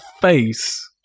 face